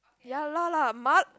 ya lah lah mug